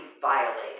violated